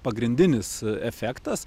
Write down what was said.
pagrindinis efektas